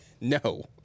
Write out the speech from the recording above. No